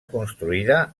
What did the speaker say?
construïda